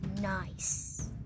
nice